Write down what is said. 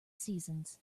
seasons